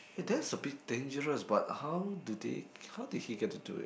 eh that's a bit dangerous but how do they how did he get to do it